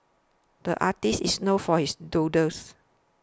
the artist is known for his doodles